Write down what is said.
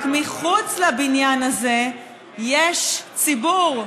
רק מחוץ לבניין הזה יש ציבור,